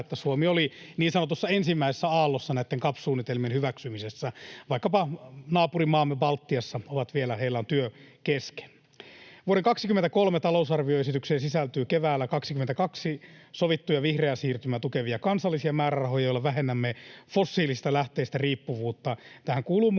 Suomi oli niin sanotussa ensimmäisessä aallossa näitten CAP-suunnitelmien hyväksymisessä. Vaikkapa naapurimaissamme Baltiassa on työ vielä kesken. Vuoden 23 talousarvioesitykseen sisältyy keväällä 22 sovittuja vihreää siirtymää tukevia kansallisia määrärahoja, joilla vähennämme fossiilisista lähteistä riippuvuutta. Tähän kuuluu muun